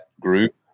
group